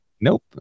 Nope